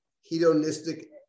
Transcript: hedonistic